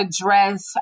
address